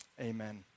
Amen